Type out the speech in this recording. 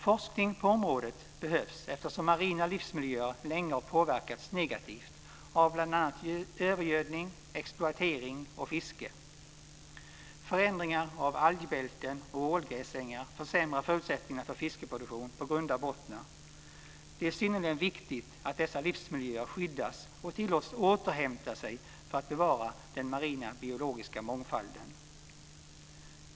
Forskning på området behövs eftersom marina livsmiljöer länge har påverkats negativt av bl.a. övergödning, exploatering och fiske. Förändringar av algbälten och ålgräsängar försämrar förutsättningarna för fiskreproduktion på grunda bottnar. Det är synnerligen viktigt att dessa livsmiljöer skyddas och tillåts återhämta sig för att bevara den biologiska mångfalden.